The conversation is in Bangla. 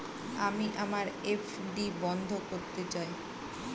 আমি আমার এফ.ডি বন্ধ করতে চাই